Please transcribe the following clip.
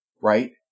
right